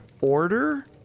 order